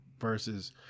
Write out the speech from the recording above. versus